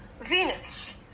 Venus